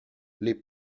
les